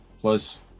Plus